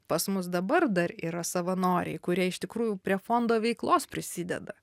pas mus dabar dar yra savanoriai kurie iš tikrųjų prie fondo veiklos prisideda